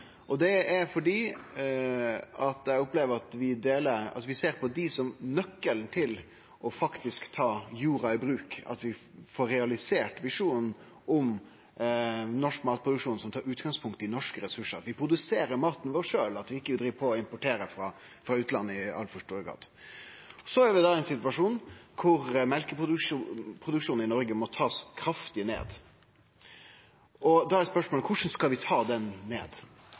landet. Det er fordi vi ser på dei som nøkkelen til faktisk å ta jorda i bruk, til å få realisert visjonen om ein norsk matproduksjon som tar utgangspunkt i norske ressursar og at vi produserer maten vår sjølv og ikkje importerer frå utlandet i altfor stor grad. Vi er i ein situasjon der mjølkeproduksjonen i Noreg må bli tatt kraftig ned. Da er spørsmålet: Korleis skal vi ta han ned?